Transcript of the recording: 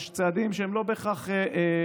יש צעדים שאנחנו עושים שהם לא בהכרח פופולריים.